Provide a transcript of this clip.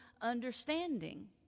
understanding